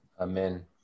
Amen